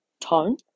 tone